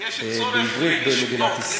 בעברית במדינת ישראל.